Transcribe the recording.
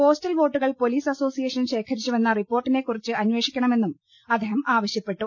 postal വോട്ടുകൾ police association അശേഖരിച്ചുവെന്ന റിപ്പോർട്ടിനെക്കുറിച്ച് അന്വേഷിക്കണമെന്നും അദ്ദേഹം ആവശ്യ പ്പെട്ടു